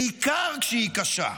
בעיקר כשהיא קשה.